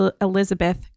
Elizabeth